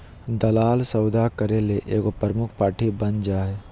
दलाल सौदा करे ले एगो प्रमुख पार्टी बन जा हइ